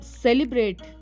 celebrate